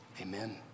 Amen